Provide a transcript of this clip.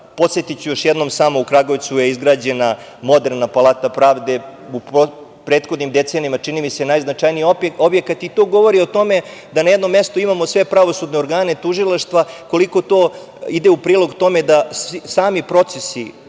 procesa. Podsetiću još jednom da je u Kragujevcu izgrađena moderna Palata pravde. U prethodnim decenijama, čini mi se, najznačajniji objekat, i to govori o tome da na jednom mestu imamo sve pravosudne organe, tužilaštva i koliko to ide u prilog tome da sami procesi